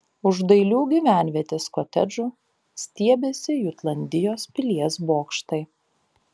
už dailių gyvenvietės kotedžų stiebėsi jutlandijos pilies bokštai